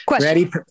Ready